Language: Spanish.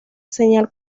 señal